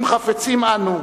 אם חפצים חיים אנו,